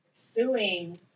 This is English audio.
suing